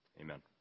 Amen